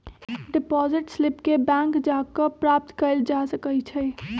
deposit slip के bank जा कऽ प्राप्त कएल जा सकइ छइ